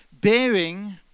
bearing